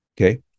okay